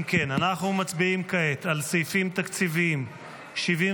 אם כן, אנחנו מצביעים כעת על סעיפים תקציביים 73,